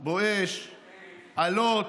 בואש, אלות.